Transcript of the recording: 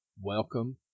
Welcome